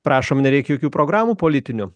prašom nereik jokių programų politinių